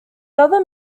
other